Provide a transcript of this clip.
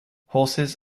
horses